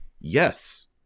Yes